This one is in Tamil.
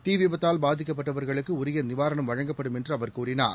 தீ விபத்தால் பாதிக்கப்பட்டவர்களுக்கு உரிய நிவாரணம் வழங்கப்படும் என்று அவர் கூறினார்